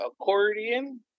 accordion